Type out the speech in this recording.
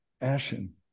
ashen